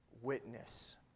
witness